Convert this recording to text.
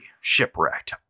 shipwrecked